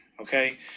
okay